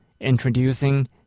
introducing